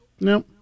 No